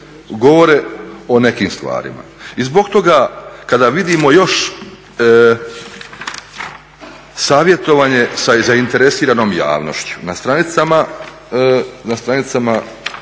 Govore o nekim stvarima i zbog toga kada vidimo još savjetovanje sa zainteresiranom javnošću na stranicama,